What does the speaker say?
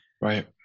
right